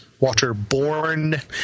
waterborne